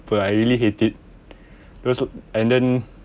I really hated because and then